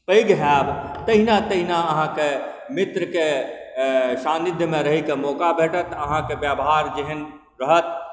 पैघ हैब तहिना तहिना अहाँके मित्रके सान्निध्यमे रहैके मौका भेटत अहाँके व्यवहार जेहन रहत